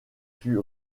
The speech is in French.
fut